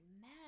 man